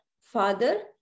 father